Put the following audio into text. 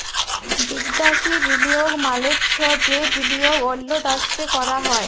বিদ্যাসি বিলিয়গ মালে চ্ছে যে বিলিয়গ অল্য দ্যাশে ক্যরা হ্যয়